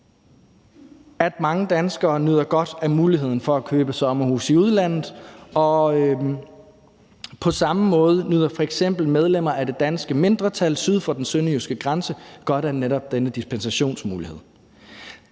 mange danskere nyder godt af muligheden for at købe sommerhus i udlandet, og på samme måde nyder f.eks. medlemmer af det danske mindretal syd for den sønderjyske grænse godt af netop denne dispensationsmulighed.